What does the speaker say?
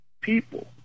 people